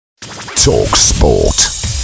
Talksport